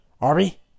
Arby